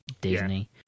Disney